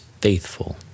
faithful